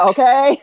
Okay